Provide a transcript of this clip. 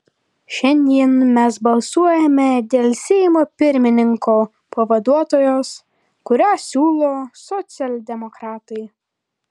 šiandien mes balsuojame dėl seimo pirmininko pavaduotojos kurią siūlo socialdemokratai